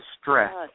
stress